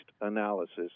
analysis